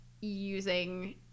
using